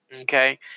Okay